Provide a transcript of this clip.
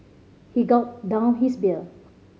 he gulped down his beer